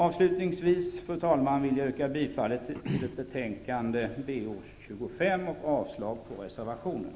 Avslutningsvis, fru talman, vill jag yrka bifall till utskottets hemställan i betänkande 25 och avslag på reservationen.